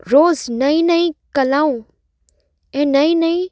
रोज़ नई नई कलाऊं ऐं नई नई